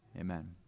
Amen